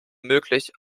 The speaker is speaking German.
möglich